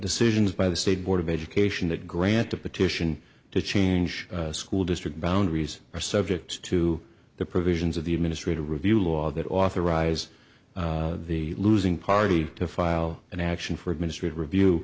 decisions by the state board of education that grant the petition to change school district boundaries are subject to the provisions of the administrative review law that authorize the losing party to file an action for administrative review